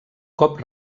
cop